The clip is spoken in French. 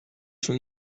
son